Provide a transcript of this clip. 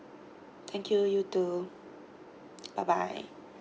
thank you you too bye bye